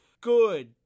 good